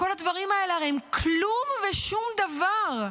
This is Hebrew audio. כל הדברים האלה הם כלום ושום דבר.